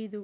ఐదు